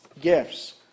Gifts